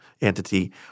entity